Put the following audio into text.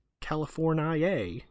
California